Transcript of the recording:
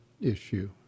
issue